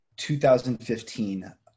2015